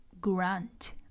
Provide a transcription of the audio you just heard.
Grant